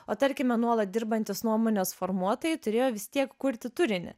o tarkime nuolat dirbantys nuomonės formuotojai turėjo vis tiek kurti turinį